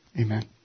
Amen